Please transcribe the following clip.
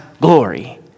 glory